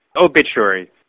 Obituary